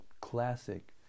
classic